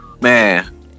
Man